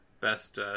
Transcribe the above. best